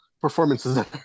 performances